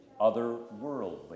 otherworldly